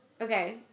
Okay